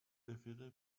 رفیق